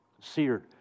Seared